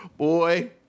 Boy